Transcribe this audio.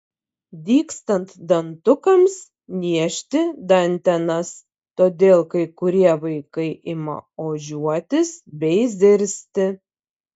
dygstant dantukams niežti dantenas todėl kai kurie vaikai ima ožiuotis bei zirzti